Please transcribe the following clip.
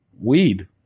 weed